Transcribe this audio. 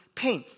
pain